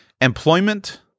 Employment